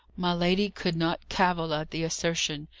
my lady could not cavil at the assertion.